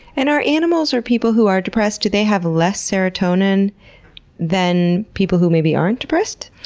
and are animals or people who are depressed, do they have less serotonin than people who maybe aren't depressed?